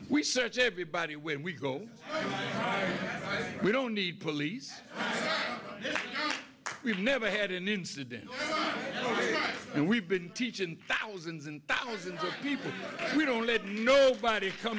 we search everybody when we go we don't need police we've never had an incident we've been teaching thousands and thousands of people we don't need nobody